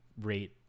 rate